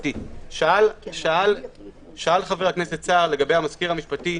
שאל חבר הכנסת סער לגבי המזכיר המשפטי,